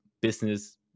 business